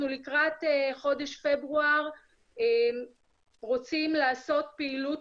אנחנו לקראת חודש פברואר רוצים לעשות פעילות